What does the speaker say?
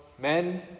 men